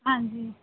ਹਾਂਜੀ